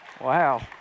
Wow